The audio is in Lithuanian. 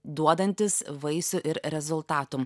duodantis vaisių ir rezultatų